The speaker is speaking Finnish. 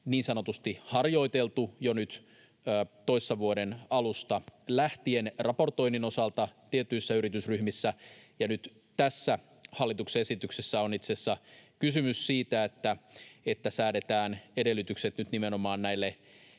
niin sanotusti harjoiteltu jo nyt toissa vuoden alusta lähtien raportoinnin osalta tietyissä yritysryhmissä. Nyt tässä hallituksen esityksessä on itse asiassa kysymys siitä, että säädetään edellytykset nimenomaan